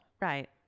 Right